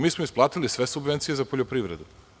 Mi smo isplatili sve subvencije za poljoprivredu.